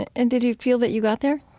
and and did you feel that you got there?